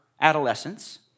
adolescence